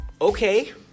okay